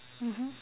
mmhmm